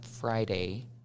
Friday